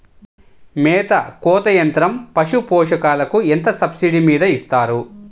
మేత కోత యంత్రం పశుపోషకాలకు ఎంత సబ్సిడీ మీద ఇస్తారు?